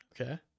Okay